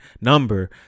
number